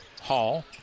Hall